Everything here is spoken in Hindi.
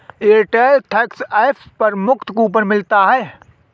एयरटेल थैंक्स ऐप पर मुफ्त कूपन मिलता है